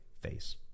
face